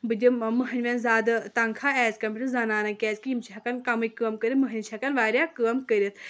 بہٕ دِمہٕ مٔہنِویٚن زیادٕ تَنخاہ ایز کَمپَیٲڑ ٹو زَنانَن کیازِ کہِ یِم چھِ ہٮ۪کان کَمٕے کٲم کٔرِتھ مٔہنی چھِ ہٮ۪کان واریاہ کٲم کٔرِتھ